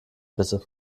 bitte